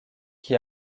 qui